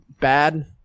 bad